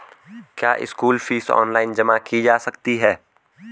क्या school fees online जमा की जा सकती है?